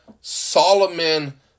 Solomon